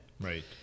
Right